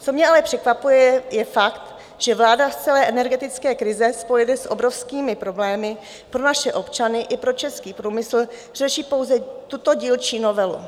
Co mě ale překvapuje, je fakt, že vláda z celé energetické krize spojené s obrovskými problémy pro naše občany i pro český průmysl řeší pouze tuto dílčí novelu.